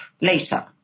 later